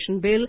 Bill